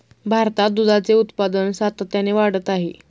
भारतात दुधाचे उत्पादन सातत्याने वाढत आहे